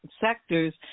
sectors